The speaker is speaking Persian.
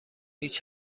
هیچ